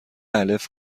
الف